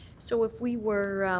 so if we were